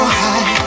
high